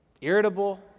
irritable